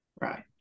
Right